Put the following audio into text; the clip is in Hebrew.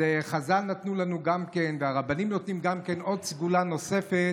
אז גם חז"ל נתנו וגם הרבנים נותנים לנו סגולה נוספת,